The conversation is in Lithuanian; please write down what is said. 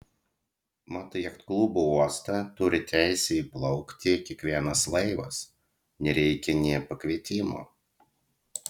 mat į jachtklubo uostą turi teisę įplaukti kiekvienas laivas nereikia nė pakvietimo